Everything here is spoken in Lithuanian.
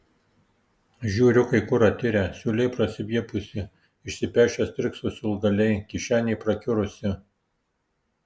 žiūriu kai kur atirę siūlė prasiviepusi išsipešę stirkso siūlgaliai kišenė prakiurusi